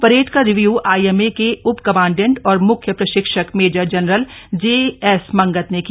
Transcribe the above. parade का review IMA के उप कमांडेंट और म्ख्य प्रशिक्षक मेजर जनरल जेएस मंगत ने की